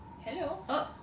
hello